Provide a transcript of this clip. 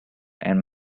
and